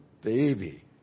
baby